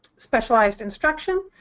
specialized instruction,